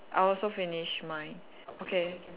I also finish mine okay